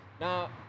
now